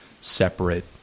separate